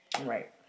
Right